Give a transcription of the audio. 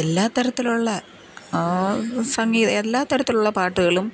എല്ലാ തരത്തിലുള്ള സംഗീത എല്ലാ തരത്തിലുള്ള പാട്ടുകളും